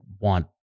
want